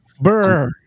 Burr